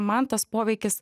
man tas poveikis